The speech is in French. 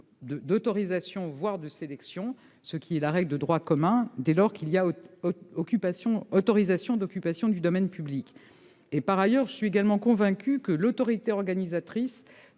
d'autorisation, voire de sélection, ce qui est la règle de droit commun dès lors qu'il y a autorisation d'occupation du domaine public. Je suis, d'autre part, convaincue que l'autorité organisatrice